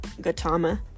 Gautama